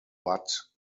but